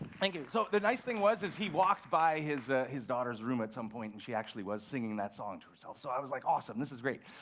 thank you. so the nice thing was is he walked by his his daughter's room at some point, and she actually was singing that song to herself. so i was like, awesome. this is great.